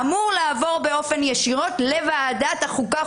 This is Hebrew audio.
אמור לעבור באופן ישיר לוועדת החוקה,